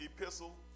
epistle